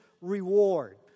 reward